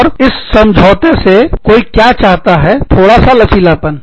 और इस समझौते से कोई क्या चाहता है थोड़ा सा लचीलापन